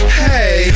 hey